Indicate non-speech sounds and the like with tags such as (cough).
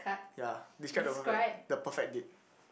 ya describe the perfect the perfect date (breath)